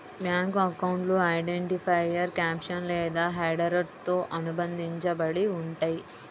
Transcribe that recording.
bank అకౌంట్లు identifier caption లేదా హెడర్తో అనుబంధించబడి ఉంటయ్యి